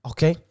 Okay